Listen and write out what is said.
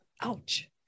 ouch